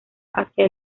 hacia